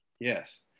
yes